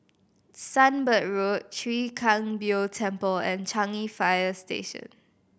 Sunbird Road Chwee Kang Beo Temple and Changi Fire Station